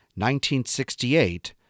1968